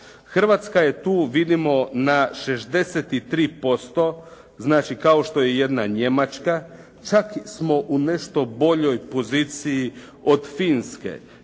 Hrvatska je tu vidimo na 63%. Znači, kao što je jedna Njemačka čak smo u nešto boljoj poziciji od Finske.